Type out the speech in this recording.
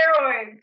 steroids